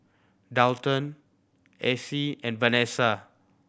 Daulton Acy and Vanesa